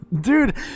Dude